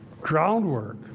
groundwork